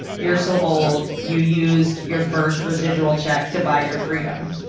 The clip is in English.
you're so old, you used your first residual check to buy your freedom,